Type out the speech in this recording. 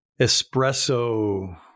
espresso